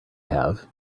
have